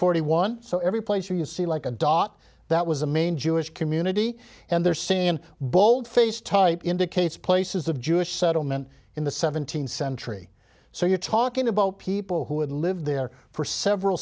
forty one so every place you see like a dot that was a main jewish community and there see in bold face type indicates places of jewish settlement in the seventeenth century so you're talking about people who had lived there for several